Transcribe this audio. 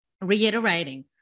reiterating